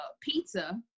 pizza